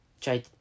try